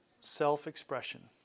Self-expression